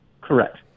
Correct